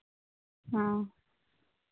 ᱦᱚᱸ